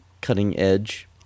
cutting-edge